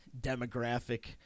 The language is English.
demographic